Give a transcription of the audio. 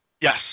Yes